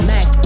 Mac